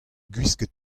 gwisket